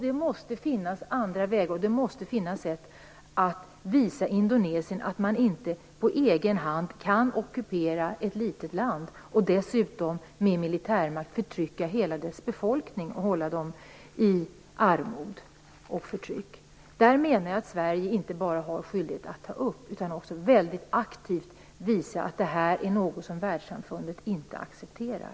Det måste finnas andra sätt att visa Indonesien att man inte på egen hand kan ockupera ett litet land och dessutom med militärmakt förtrycka hela dess befolkning, hålla den i armod och förtryck. Detta är någonting som Sverige inte bara har skyldighet att ta upp utan måste också väldigt aktivt visa att detta är något som världssamfundet inte accepterar.